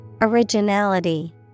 Originality